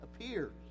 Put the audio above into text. appears